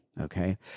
okay